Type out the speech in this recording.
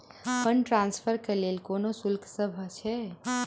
Fund transfer केँ लेल कोनो शुल्कसभ छै?